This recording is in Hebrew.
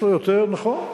יש לו יותר, להיפך,